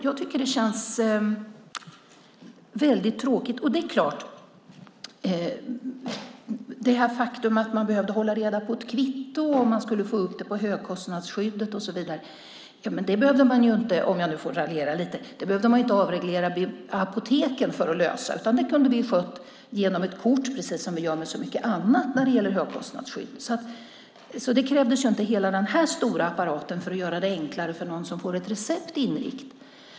Jag tycker att det känns tråkigt. Det är ett faktum att man behövde hålla reda på ett kvitto om man skulle få upp kostnaden på högkostnadsskyddet och så vidare. Om jag nu får raljera lite hade man ju inte behövt avreglera apoteken för att lösa detta. Det hade vi kunnat sköta genom ett kort precis som vi gör med så mycket annat när det gäller högkostnadsskydd. Det hade inte krävts hela den här stora apparaten för att göra det enklare för någon som får ett recept inringt.